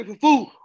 food